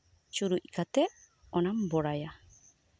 ᱪᱩᱨᱩᱡ ᱠᱟᱛᱮᱜ ᱚᱱᱟᱢ ᱵᱚᱲᱟᱭᱟ